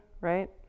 right